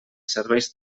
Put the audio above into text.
serveis